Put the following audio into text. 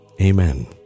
Amen